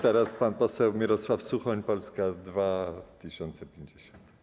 Teraz pan poseł Mirosław Suchoń, Polska 2050.